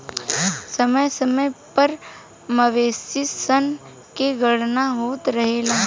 समय समय पर मवेशी सन के गणना होत रहेला